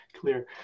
clear